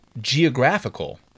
geographical